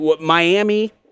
Miami